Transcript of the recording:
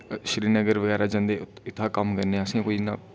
श्रीनगर बगैरा जंदे इत्थै कम्म करने कन्नै असेंगी कोई इन्ना